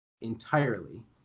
entirely